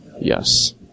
Yes